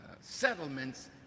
settlements